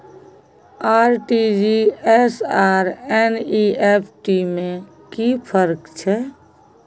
RTG S आर NEFT में कि फर्क छै?